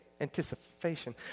anticipation